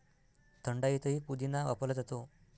थंडाईतही पुदिना वापरला जातो